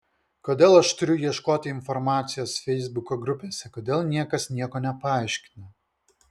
kodėl aš turiu ieškoti informacijos feisbuko grupėse kodėl niekas nieko nepaaiškina